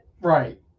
Right